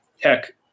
tech